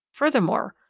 furthermore,